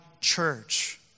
church